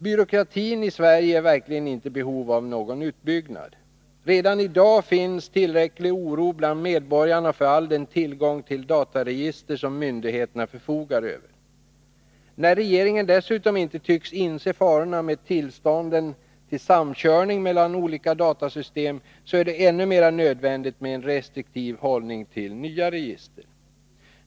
Byråkratin i Sverige är verkligen inte i behov av någon utbyggnad. Redan i dag finns tillräcklig oro bland medborgarna för all den tillgång till dataregister som myndigheterna förfogar över. När regeringen dessutom inte tycks inse farorna med tillstånden till samkörning mellan olika datasystem är det ännu mera nödvändigt med en restriktiv hållning till nya register.